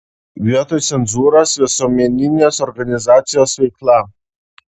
vietoj cenzūros visuomeninės organizacijos veikla